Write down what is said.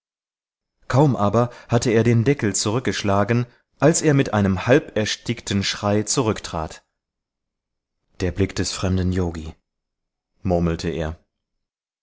kaum aber hatte er den deckel zurückgeschlagen als er mit einem halberstickten schrei zurücktrat der blick des fremden yogi murmelte er